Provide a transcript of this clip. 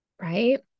right